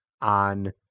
on